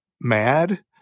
mad